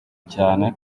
cyane